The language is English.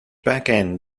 backend